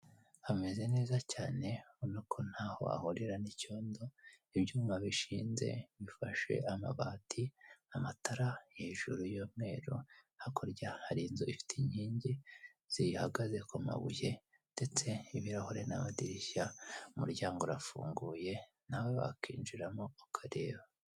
Hameze neza cyane urabona ko ntaho hahurira n'icyondo, ibyuma bishinze bifashe amabati n'amatara hejuru y'umweru, hakurya hari inzu ifite inkingi zihagaze ku mabuye, ndetse ibirahuri n'amadirishya, umuryango urafunguye nawe wakinjiramo ukareba.